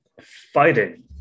fighting